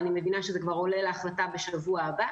אני מבינה שזה עולה להחלטה כבר בשבוע הבא